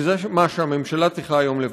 וזה מה שהממשלה צריכה היום לבצע.